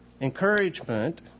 encouragement